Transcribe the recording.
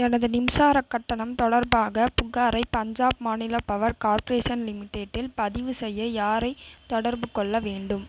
எனது மின்சாரக் கட்டணம் தொடர்பாக புகாரை பஞ்சாப் மாநில பவர் கார்ப்ரேஷன் லிமிடெட்டில் பதிவு செய்ய யாரை தொடர்பு கொள்ள வேண்டும்